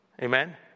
Amen